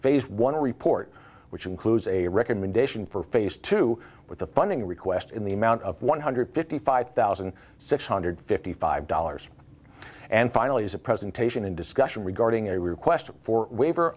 phase one report which includes a recommendation for phase two with the funding request in the amount of one hundred fifty five thousand six hundred fifty five dollars and finally as a presentation in discussion regarding a request for waiver